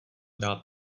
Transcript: dát